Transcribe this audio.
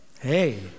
Hey